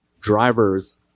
drivers